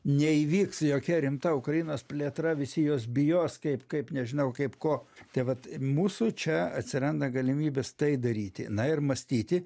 neįvyks jokia rimta ukrainos plėtra visi jos bijos kaip kaip nežinau kaip ko tai vat mūsų čia atsiranda galimybės tai daryti na ir mąstyti